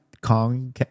Kong